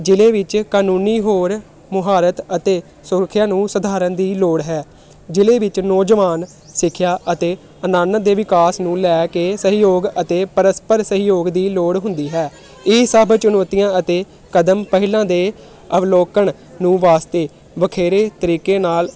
ਜ਼ਿਲ੍ਹੇ ਵਿੱਚ ਕਾਨੂੰਨੀ ਹੋਰ ਮੁਹਾਰਤ ਅਤੇ ਸੁਰੱਖਿਆ ਨੂੰ ਸੁਧਾਰਨ ਦੀ ਲੋੜ ਹੈ ਜ਼ਿਲ੍ਹੇ ਵਿੱਚ ਨੌਜਵਾਨ ਸਿੱਖਿਆ ਅਤੇ ਦੇ ਵਿਕਾਸ ਨੂੰ ਲੈ ਕੇ ਸਹਿਯੋਗ ਅਤੇ ਪਰਸਪਰ ਸਹਿਯੋਗ ਦੀ ਲੋੜ ਹੁੰਦੀ ਹੈ ਇਹ ਸੱਭ ਚੁਣੌਤੀਆਂ ਅਤੇ ਕਦਮ ਪਹਿਲਾਂ ਦੇ ਆਵਲੋਕਣ ਨੂੰ ਵਾਸਤੇ ਵੱਖਰੇ ਤਰੀਕੇ ਨਾਲ